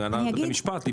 הנהלת בתי משפט?